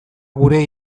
gure